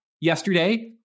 yesterday